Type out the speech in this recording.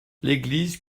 l’église